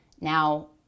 Now